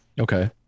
Okay